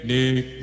Nick